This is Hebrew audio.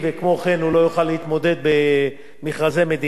וכמו כן הוא לא יוכל להתמודד במכרזי מדינה,